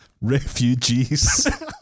Refugees